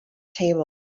table